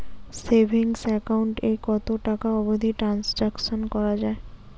Savings account এ কতো টাকা অবধি ট্রানসাকশান করা য়ায়?